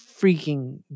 freaking